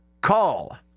Call